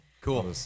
Cool